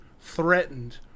threatened